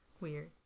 weird